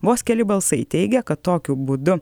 vos keli balsai teigia kad tokiu būdu